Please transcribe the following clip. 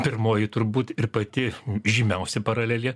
pirmoji turbūt ir pati žymiausia paralelė